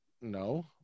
No